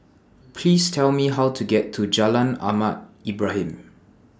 Please Tell Me How to get to Jalan Ahmad Ibrahim